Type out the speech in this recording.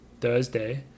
Thursday